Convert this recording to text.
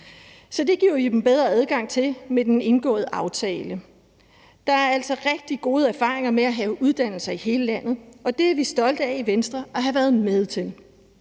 Det giver vi dem jo bedre adgang til med den indgåede aftale. Der er altså rigtig gode erfaringer med at have uddannelser i hele landet, og det er vi i Venstre stolte af at have været med til